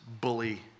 bully